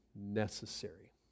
necessary